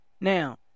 Now